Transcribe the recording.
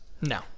No